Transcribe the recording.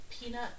peanut